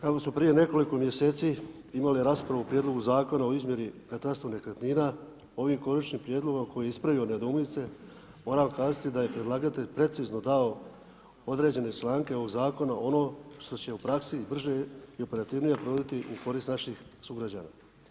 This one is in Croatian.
Kako smo prije nekoliko mjeseci imali raspravu o Prijedlogu zakona o izmjeri katastru nekretnina ovim konačnom prijedlogom koji je ispravio nedoumice moram kazati da je predlagatelj precizno dao određene članke ovog zakona ono što će u praksi brže i operativnije provoditi u korist naših sugrađana.